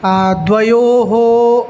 द्वयोः